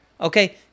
Okay